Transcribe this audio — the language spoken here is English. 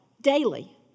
daily